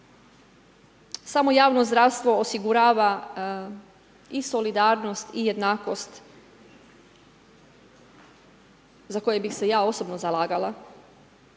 Samo javno zdravstvo osigurava i solidarnost i jednakost za koje bih se ja osobno zalagala.